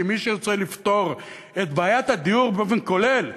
כי מי שירצה לפתור את בעיית הדיור באופן כולל,